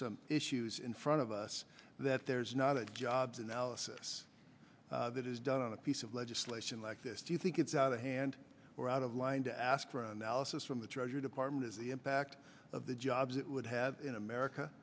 some issues in front of us that there's not a jobs analysis that is done on a piece of legislation like this do you think it's out of hand or out of line to ask for analysis from the treasury department is the impact of the jobs it would have in america